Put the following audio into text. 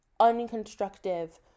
unconstructive